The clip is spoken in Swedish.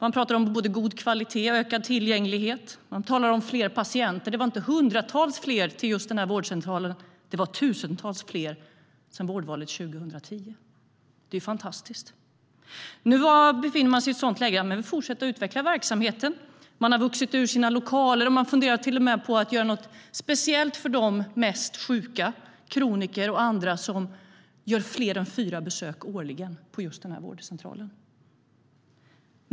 Man talar om både god kvalitet och ökad tillgänglighet. Man talar om fler patienter. Det var inte hundratals fler på just denna vårdcentral. Det var tusentals fler sedan vårdvalet 2010. Det är fantastiskt. Nu befinner man sig i ett sådant läge att man vill fortsätta att utveckla verksamheten. Man har vuxit ur sina lokaler. Man funderar till och med på att göra något speciellt för de mest sjuka, kroniker och andra, som gör fler än fyra besök årligen på just denna vårdcentral.